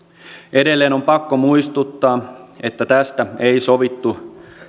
edelleen on pakko muistuttaa että tästä ei sovittu